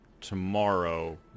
tomorrow